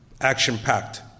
action-packed